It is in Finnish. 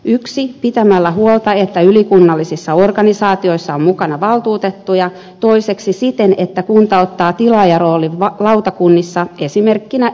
ensinnäkin pitämällä huolta että ylikunnallisissa organisaatioissa on mukana valtuutettuja toiseksi siten että kunta ottaa tilaajaroolin lautakunnissa esimerkkinä erikoissairaanhoito